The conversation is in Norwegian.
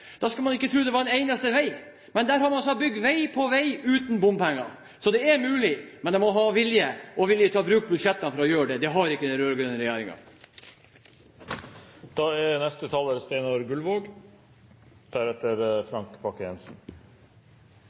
skulle man ikke tro det var en eneste vei, men der har man altså bygd vei på vei uten bompenger. Så det er mulig, men man må ha vilje, og vilje til å bruke budsjettene for å gjøre det. Det har ikke den